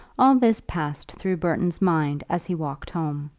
all this passed through burton's mind as he walked home.